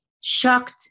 shocked